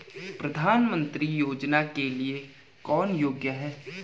प्रधानमंत्री योजना के लिए कौन योग्य है?